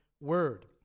word